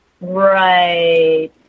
Right